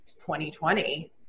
2020